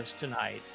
tonight